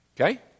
Okay